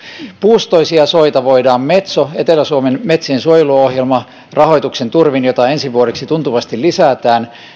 puustoisia soita voidaan suojella metson etelä suomen metsien suojeluohjelman rahoituksen turvin jota ensi vuodeksi tuntuvasti lisätään